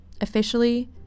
Officially